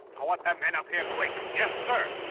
i want those men up here quick. yes, sir.